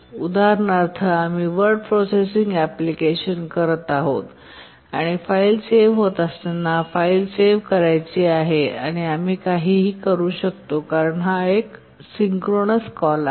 उदाहरणार्थ आम्ही word processing application करत आहोत आणि फाईल सेव्ह होत असताना फाईल सेव्ह करायची आहे आम्ही काहीही करू शकतो कारण हा एक सिंक्रोनस कॉल आहे